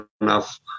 enough